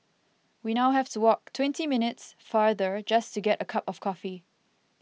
we now have to walk twenty minutes farther just to get a cup of coffee